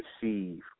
receive